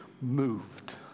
moved